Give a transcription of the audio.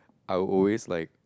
I'll always like